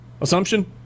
assumption